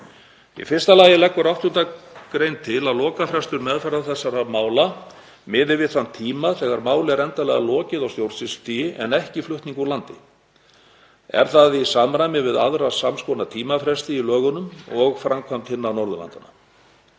Í fyrsta lagi leggur 8. gr. til að lokafrestur meðferðar þessara mála miði við þann tíma þegar máli er endanlega lokið á stjórnsýslustigi en ekki flutning úr landi. Er það í samræmi við aðra samskonar tímafresti í lögunum og framkvæmd hinna Norðurlandanna.